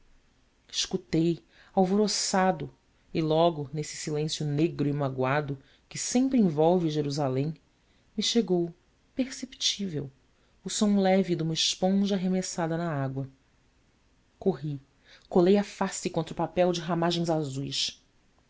escutei alvoroçado e logo nesse silêncio negro e magoado que sempre envolve jerusalém me chegou perceptível o som leve de uma esponja arremessada na água corri colei a face contra o papel de ramagens azuis